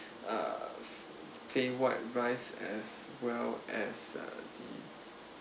uh plain white rice as well as uh the